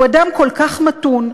הוא אדם כל כך מתון,